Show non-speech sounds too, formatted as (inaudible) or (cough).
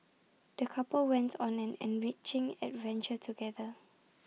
the couple went on an enriching adventure together (noise)